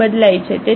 માં બદલાય છે